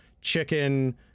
chicken